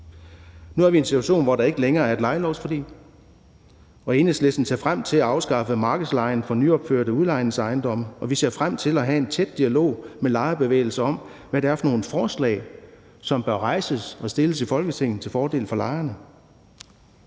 Nu er vi i en situation, hvor der ikke længere er et lejelovsforlig, og Enhedslisten ser frem til at afskaffe markedslejen for nyopførte udlejningsejendomme, og vi ser frem til at have en tæt dialog med lejerbevægelsen om, hvad det er for nogle forslag, som bør rejses og fremsættes i Folketinget til fordel for lejerne.